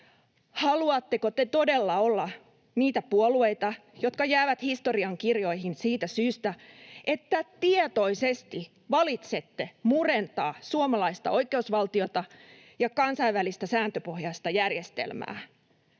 Haluatteko te todella olla niitä puolueita, jotka jäävät historiankirjoihin siitä syystä, että tietoisesti valitsette murentaa suomalaista oikeusvaltiota ja kansainvälistä sääntöpohjaista järjestelmää?